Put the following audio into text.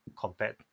compared